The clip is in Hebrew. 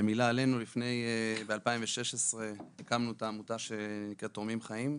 במילה עלינו: ב-2016 הקמנו את העמותה שנקראת תורמים חיים,